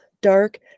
dark